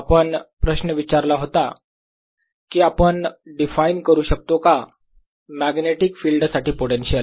dl0Ienclosed तसेच आपण प्रश्न विचारला होता की आपण डिफाइन करू शकतो का मॅग्नेटिक फिल्ड साठी पोटेन्शियल